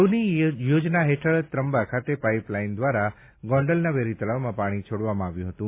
સૌની યોજના હેઠળ ત્રંબા ખાતે પાઈપલાઇન દ્વારા ગોંડલના વેરી તળાવમાં પાણી છોડવામાં આવ્યું હતું